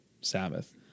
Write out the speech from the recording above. Sabbath